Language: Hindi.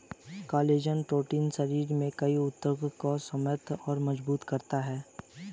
कोलेजन प्रोटीन शरीर में कई ऊतकों का समर्थन और मजबूत करता है